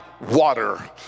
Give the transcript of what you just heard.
water